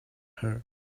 her